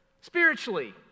spiritually